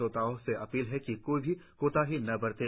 श्रोताओं से अपील है कि कोई भी कोताही न बरतें